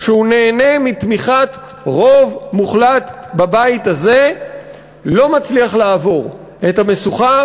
שהוא נהנה מתמיכת רוב מוחלט בבית הזה לא מצליח לעבור אפילו את המשוכה